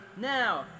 Now